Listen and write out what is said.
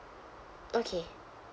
okay